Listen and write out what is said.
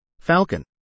falcon